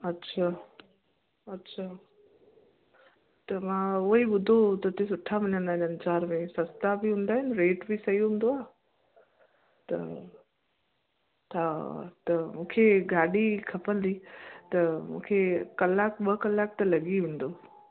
अछा अछा त मां उहो ई ॿुधो हो त हिते सुठा मिलंदा आहिनि अंजार में सस्ता बि हूंदा आहिनि रेट बि सही हूंदो आहे त हा त मूंखे गाॾी खपंदी त मूंखे कलाकु ॿ कलाकु त लॻी वेंदो